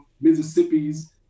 Mississippi's